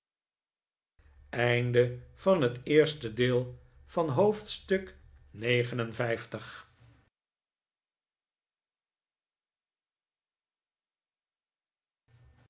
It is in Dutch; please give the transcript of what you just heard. onderwerp van het gesprek haar van het